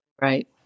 right